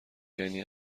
یعنی